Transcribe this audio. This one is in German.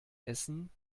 essen